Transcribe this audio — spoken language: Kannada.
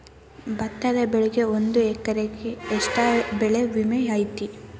ಭತ್ತದ ಬೆಳಿಗೆ ಒಂದು ಎಕರೆಗೆ ಎಷ್ಟ ಬೆಳೆ ವಿಮೆ ಐತಿ?